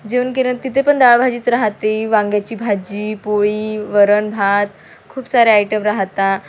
जेवण केलं तिथे पण दाळभाजीच राहते वांग्याची भाजी पोळी वरण भात खूप सारे आयटम राहतात